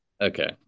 okay